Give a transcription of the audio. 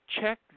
check